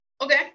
Okay